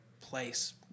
place